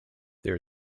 there